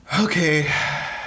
Okay